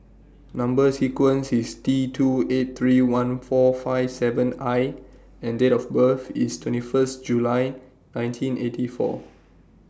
Number sequence IS T two eight three one four five seven I and Date of birth IS twenty First July nineteen eighty four